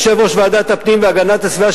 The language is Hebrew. יושב-ראש ועדת הפנים והגנת הסביבה,